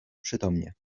przytomnie